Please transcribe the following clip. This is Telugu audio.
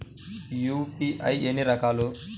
యూ.పీ.ఐ ఎన్ని రకాలు?